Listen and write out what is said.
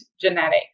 genetics